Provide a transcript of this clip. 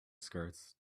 skirts